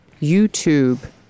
YouTube